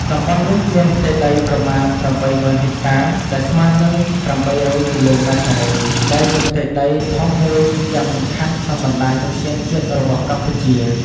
តំបន់នេះមានផ្ទៃដីប្រមាណ ៨០,០០០ ហិចតា ដែលស្មើនឹង ៨០០ គីឡូម៉ែត្រការ៉េ ដែលជាផ្ទៃដីធំមួយយ៉ាងសំខាន់ក្នុងបណ្តាញឧទ្យានជាតិរបស់កម្ពុជា។